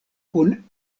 kun